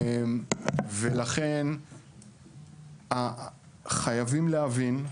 ולכן חייבים להבין,